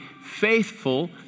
faithful